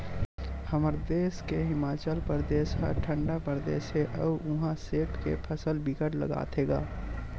हमर देस के हिमाचल परदेस ह ठंडा परदेस हे अउ उहा सेब के फसल बिकट लगाथे गा